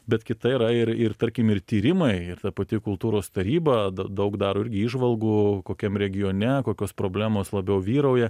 bet kita yra ir ir tarkim ir tyrimai ir ta pati kultūros taryba d daug daro irgi įžvalgų kokiam regione kokios problemos labiau vyrauja